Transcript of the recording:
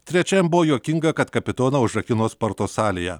trečiam buvo juokinga kad kapitoną užrakino sporto salėje